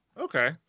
Okay